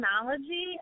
technology